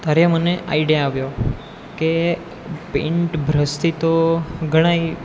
ત્યારે એ મને આઇડિયા આવ્યો કે પેન્ટ બ્રશથી તો ઘણાય